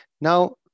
Now